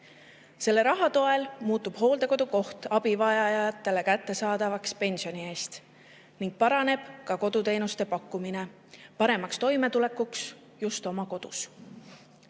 Selle raha toel muutub hooldekodukoht abivajajatele kättesaadavaks pensioni eest ning paraneb ka koduteenuste pakkumine, et inimesed saaksid